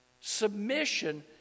submission